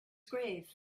grave